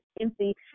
empty